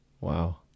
Wow